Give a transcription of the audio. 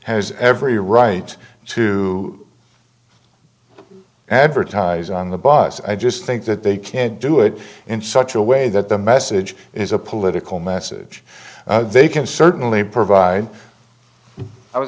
has every right to advertise on the bus i just think that they can do it in such a way that the message is a political message they can certainly provide i was